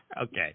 Okay